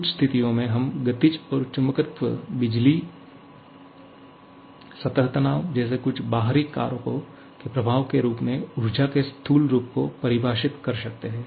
कुछ स्थितियों में हम गति और चुंबकत्व बिजली सतह तनाव जैसे कुछ बाहरी कारकों के प्रभाव के रूप में ऊर्जा के स्थूल रूप को परिभाषित कर सकते हैं